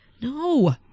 No